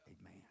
Amen